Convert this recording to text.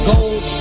Gold